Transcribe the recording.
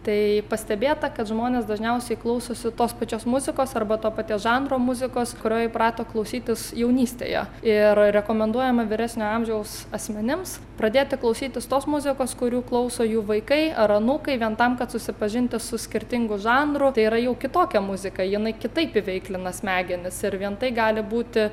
tai pastebėta kad žmonės dažniausiai klausosi tos pačios muzikos arba to paties žanro muzikos kurio įprato klausytis jaunystėje ir rekomenduojama vyresnio amžiaus asmenims pradėti klausytis tos muzikos kurių klauso jų vaikai ar anūkai vien tam kad susipažinti su skirtingų žanrų tai yra jau kitokia muzika jinai kitaip įveiklina smegenis ir vien tai gali būti